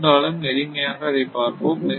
இருந்தாலும் எளிமையாக அதை பார்ப்போம்